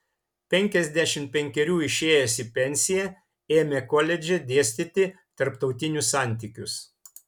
penkiasdešimt penkerių išėjęs į pensiją ėmė koledže dėstyti tarptautinius santykius